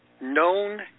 known